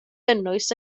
gynnwys